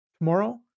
tomorrow